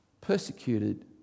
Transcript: persecuted